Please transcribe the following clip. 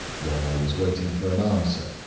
while i was waiting for an answer,